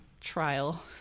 trial